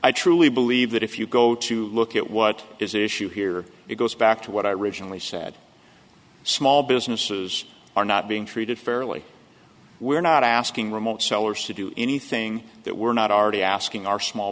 i truly believe that if you go to look at what is issue here it goes back to what i originally said small businesses are not being treated fairly we're not asking remote sellers to do anything that we're not already asking our small